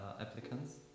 applicants